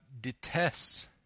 detests